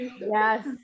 Yes